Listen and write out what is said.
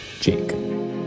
jake